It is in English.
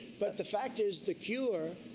but the fact is the cure,